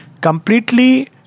completely